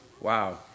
Wow